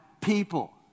people